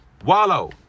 Wallow